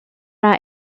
are